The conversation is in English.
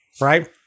Right